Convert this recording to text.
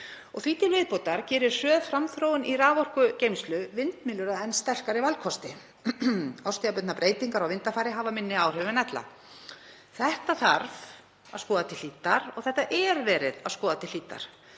Því til viðbótar gerir hröð framþróun í raforkugeymslu vindmyllur að enn sterkari valkosti. Árstíðabundnar breytingar á vindafari hafa minni áhrif en ella. Þetta þarf að skoða til hlítar og er raunar verið að skoða vel, m.a.